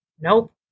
Nope